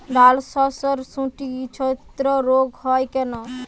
ডালশস্যর শুটি ছিদ্র রোগ হয় কেন?